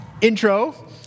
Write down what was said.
intro